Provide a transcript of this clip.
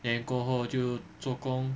then 过后就做工